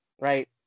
right